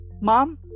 Mom